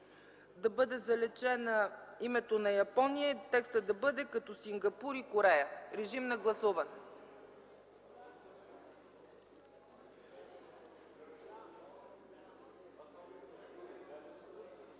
да бъде заличено името на Япония и текстът да бъде: „като Сингапур и Корея”. Моля, гласувайте.